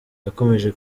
yakomeje